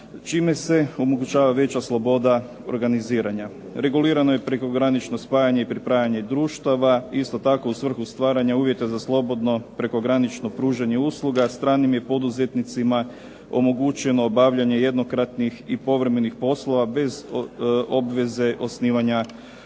čime se omogućava veća sloboda organiziranja. Regulirano je prekogranično spajanje i pripajanje društava, isto tako u svrhu stvaranja uvjeta za slobodno prekogranično pružanje usluge stranim je poduzetnicima omogućeno obavljanje jednokratnih i povremenih poslova bez obveze osnivanja